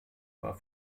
war